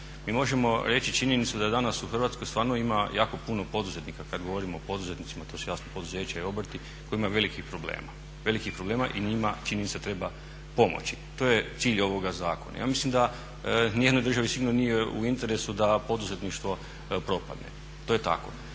Mi možemo reći činjenicu da danas u Hrvatskoj stvarno ima jako puno poduzetnika kad govorimo o poduzetnicima to su jasno poduzeća i obrti koji imaju velikih problema, velikih problema i njima čini mi se treba pomoći. To je cilj ovoga zakona. Ja mislim da ni jednoj državi sigurno nije u interesu da poduzetništvo propadne, to je tako.